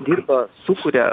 dirba sukuria